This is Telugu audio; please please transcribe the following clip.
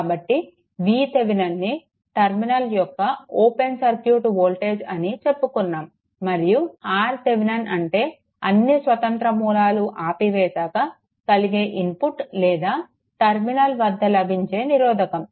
కాబట్టి VThevenin ని టర్మినల్ యొక్క ఓపెన్ సర్క్యూట్ వోల్టేజ్ అని చెప్పుకున్నాము మరియు RThevenin అంటే అన్నీ స్వతంత్ర మూలాలు ఆపివేశాక కలిగే ఇన్పుట్ లేదా టర్మినల్ వద్ద లభించే నిరోధకం